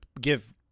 give